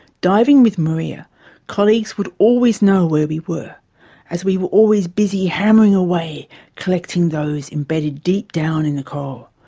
diving with maria colleagues would always know where we were as we always busy hammering away collecting those embedded deep down in the coral,